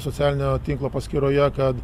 socialinio tinklo paskyroje kad